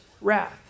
wrath